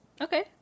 okay